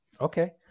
Okay